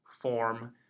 form